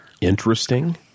interesting